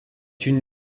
une